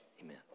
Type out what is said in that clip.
Amen